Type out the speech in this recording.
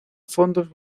fondos